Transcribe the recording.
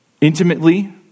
intimately